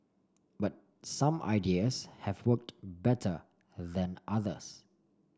but some ideas have worked better than others